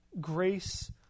Grace